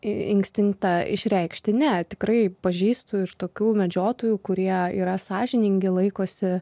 instinktą išreikšti ne tikrai pažįstu ir tokių medžiotojų kurie yra sąžiningi laikosi